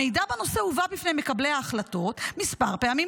המידע בנושא הובא בפני מקבלי ההחלטות מספר פעמים,